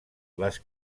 les